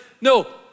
no